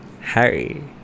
Harry